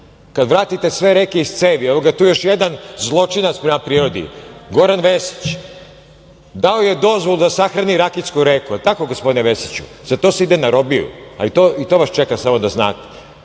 Kada vratite sve reke iz cevi. Evo ga tu još jedan zločinac prema prirodi. Goran Vesić dao je dozvolu da sahrani Rakitsku reku. Da li je tako, gospodine Vesiću? Za to se ide na robiju, ali i to vas čeka, samo da znate.Za